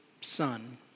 Son